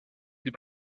des